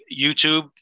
YouTube